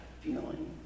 feeling